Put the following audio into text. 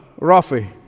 Rafi